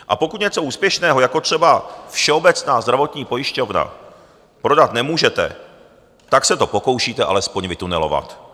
A pokud něco úspěšného, jako třeba Všeobecnou zdravotní pojišťovnu, prodat nemůžete, tak se to pokoušíte alespoň vytunelovat.